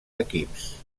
equips